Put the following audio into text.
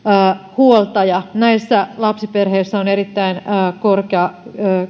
huoltaja näissä lapsiperheissä on erittäin korkea